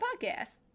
podcast